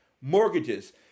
mortgages